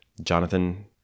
Jonathan